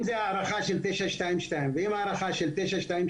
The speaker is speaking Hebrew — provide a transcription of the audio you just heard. אם זאת הארכה של 922 ואם זאת הארכה של 923